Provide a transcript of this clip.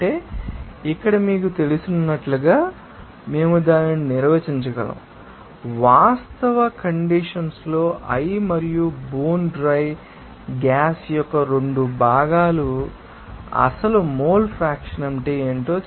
అంటే ఇక్కడ మీకు తెలిసినట్లుగా మేము దానిని నిర్వచించగలము వాస్తవ కండిషన్స్ లో i మరియు బోన్ డ్రై గ్యాస్ యొక్క 2 భాగాల అసలు మోల్ ఫ్రాక్షన్ ఏమిటి